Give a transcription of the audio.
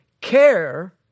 care